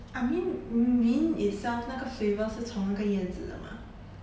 I mean mint itself 那个 flavour 是从那个叶子的吗